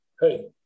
hey